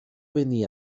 venir